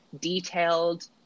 detailed